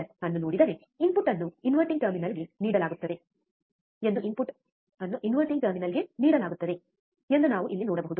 amplifier ಅನ್ನು ನೋಡಿದರೆ input ಅನ್ನು ಇನ್ವರ್ಟಿಂಗ್ ಟರ್ಮಿನಲ್ಗೆ ನೀಡಲಾಗುತ್ತದೆ ಎಂದು ಇನ್ಪುಟ್ ಅನ್ನು ಇನ್ವರ್ಟಿಂಗ್ ಟರ್ಮಿನಲ್ಗೆ ನೀಡಲಾಗುತ್ತದೆ ಎಂದು ನಾವು ಇಲ್ಲಿ ನೋಡಬಹುದು